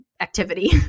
activity